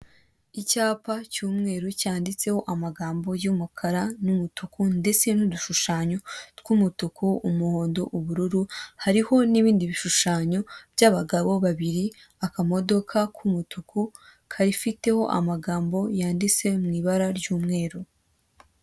Icyapa cy'umweru cyanditseho amagambo y'umukara n'umutuku ndetse n'udushushanyo, tw'umutuku, umuhondo, ubururu, hariho n'ibindi bishushanyo by'abagabo babiri, akamodoka k'umutuku gafiteho amagambo yanditse mu ibara ry'umweru.